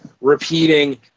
repeating